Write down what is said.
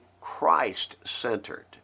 Christ-centered